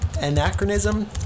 anachronism